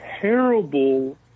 terrible